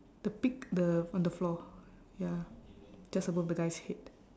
the pig the on the floor ya just above the guy's head